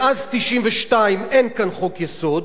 מאז 1992 אין כאן חוק-יסוד,